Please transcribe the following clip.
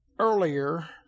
earlier